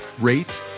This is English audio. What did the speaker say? rate